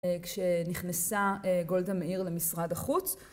כשנכנסה גולדה מאיר למשרד החוץ